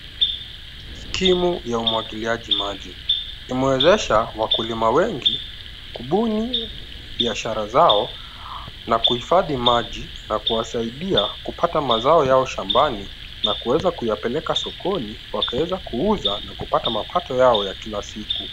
Skimu ya umwagiliaji maji imewezesha wakulima wengi kubuni biashara zao na kuhifadhi maji na kuwasaidia kupata mazao yao shambani na kuweza kuyapeleka sokoni wakaweza kuuza na kupata mapato yao ya kila siku.